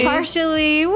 Partially